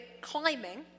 climbing